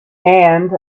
and